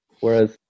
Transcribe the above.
whereas